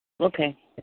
Okay